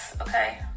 okay